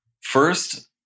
first